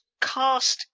cast